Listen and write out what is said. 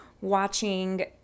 watching